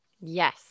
Yes